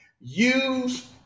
Use